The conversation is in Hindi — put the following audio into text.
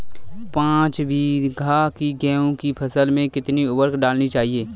पाँच बीघा की गेहूँ की फसल में कितनी उर्वरक डालनी चाहिए?